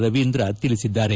ರವೀಂದ್ರ ತಿಳಿಸಿದ್ದಾರೆ